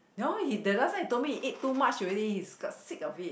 no he the last time he told me eat too much already he got sick of it